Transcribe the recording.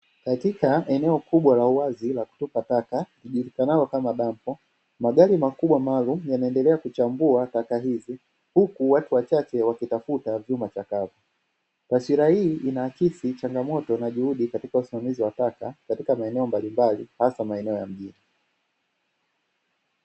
Katika eneo kubwa la uwazi la kutupa taka kijulikanavyo kama (dampo). Magari makubwa maalum yanaendelea kuchambua kaka hizi, huku watu wachache wakitafuta vyuma chakavu. Taswira hii inaakisi changamoto na juhudi katika usimamizi wa taka katika maeneo mbalimbali hasa maeneo ya mjini.